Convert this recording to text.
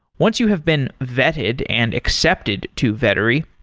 once you have been vetted and accepted to vettery,